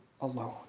alone